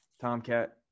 Tomcat